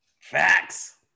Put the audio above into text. Facts